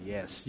Yes